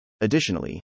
Additionally